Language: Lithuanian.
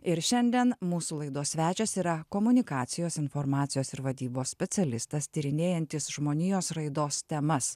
ir šiandien mūsų laidos svečias yra komunikacijos informacijos ir vadybos specialistas tyrinėjantis žmonijos raidos temas